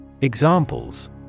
Examples